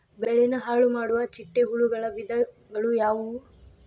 ಬೆಳೆನ ಹಾಳುಮಾಡುವ ಚಿಟ್ಟೆ ಹುಳುಗಳ ವಿಧಗಳು ಯಾವವು?